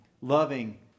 loving